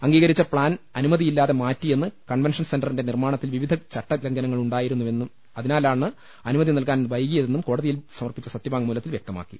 അംഗീക രിച്ച പ്പാൻ അനുമതിയില്ലാതെ മാറ്റിയെന്നു കൺവെൻഷൻ സെന്ററിന്റെ നിർമ്മാണത്തിൽ നിരവധി ചട്ടലംഘനങ്ങളുണ്ടാ യിരുന്നെവെന്നും അതിനാലാണ് അനുമതി നൽകാൻ വൈകി യതെന്നും കോടതിയിൽ സമർപ്പിച്ച സത്യവാങ്മൂലത്തിൽ വൃക്തമാക്കി